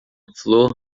flor